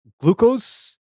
glucose